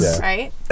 Right